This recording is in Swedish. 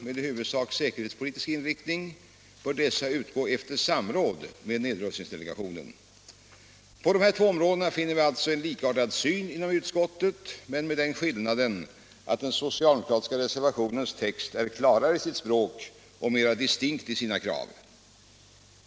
På dessa två områden finner vi alltså en likartad syn inom utskottet, men med den skillnaden att den socialdemokratiska reservationens text är klarare i sitt språk och mera distinkt i sina krav.